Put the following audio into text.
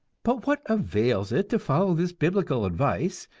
but what avails it to follow this biblical advice,